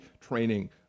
training